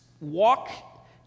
walk